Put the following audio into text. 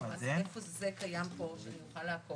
לא, אז איפה זה קיים פה, שאני אוכל לעקוב.